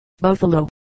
Buffalo